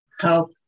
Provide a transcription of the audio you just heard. help